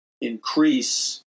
increase